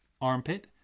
armpit